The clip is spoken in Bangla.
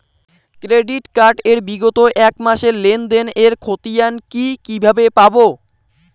ক্রেডিট কার্ড এর বিগত এক মাসের লেনদেন এর ক্ষতিয়ান কি কিভাবে পাব?